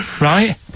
right